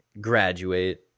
graduate